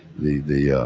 the, the,